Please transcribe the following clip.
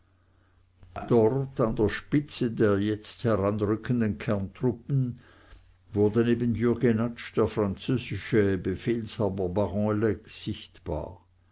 dort an der spitze der jetzt heranrückenden kerntruppen wurde neben jürg jenatsch der französische befehlshaber baron lecques sichtbar